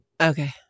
Okay